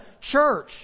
church